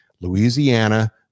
Louisiana